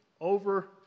over